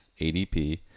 ADP